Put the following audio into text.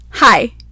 hi